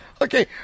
Okay